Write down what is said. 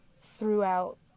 throughout